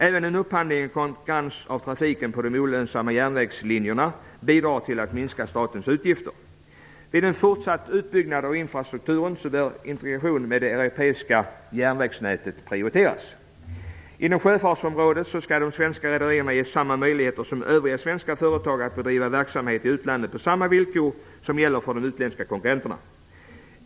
Även en upphandling i konkurrens av trafiken på de olönsamma järnvägslinjerna bidrar till att minska statens utgifter. Vid en fortsatt utbyggnad av infrastrukturen bör integration med det västeuropeiska järnvägsnätet prioriteras. Inom sjöfartsområdet bör de svenska rederierna ges samma möjligheter som övriga svenska företag att bedriva verksamhet i utlandet på samma villkor som gäller för de utländska konkurrenterna.